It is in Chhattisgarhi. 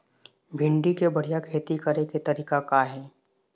भिंडी के बढ़िया खेती करे के तरीका का हे?